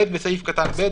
בסעיף קטן (ב),